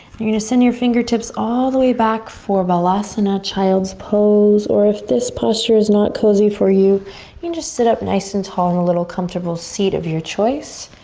you're gonna send your fingertips all the way back for balasana, child's pose. or if this posture is not cozy for you, you can just sit up nice and tall in a little comfortable seat of your choice.